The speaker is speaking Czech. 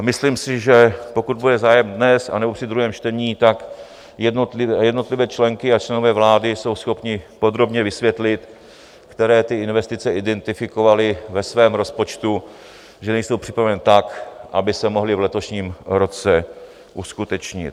Myslím si, že pokud bude zájem dnes anebo při druhém čtení, tak jednotlivé členky a členové vlády jsou schopni podrobně vysvětlit, které ty investice identifikovali ve svém rozpočtu, že nejsou připraveny tak, aby se mohly v letošním roce uskutečnit.